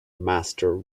master